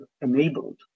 enabled